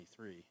23